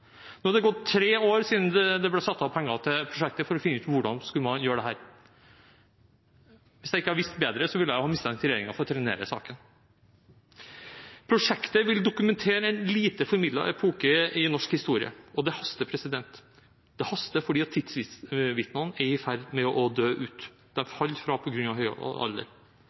gått tre år siden det ble satt av penger til prosjektet for å finne ut hvordan man skulle gjøre dette. Hvis jeg ikke hadde visst bedre, ville jeg mistenkt regjeringen for å trenere saken. Prosjektet vil dokumentere en lite formidlet epoke i norsk historie. Og det haster. Det haster fordi tidsvitnene er i ferd med å dø ut, de faller fra på grunn av høy alder.